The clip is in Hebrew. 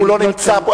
הוא לא נמצא פה.